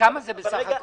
כמה זה בסך הכול?